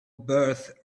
birth